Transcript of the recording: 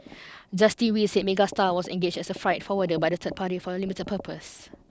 Justice Wei said Megastar was engaged as a freight forwarder by the third party for a limited purpose